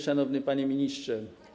Szanowny Panie Ministrze!